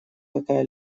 какая